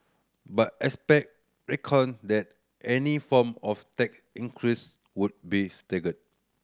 but expert reckoned that any form of tax increases would be staggered